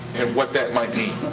and what that might mean.